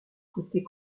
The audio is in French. côté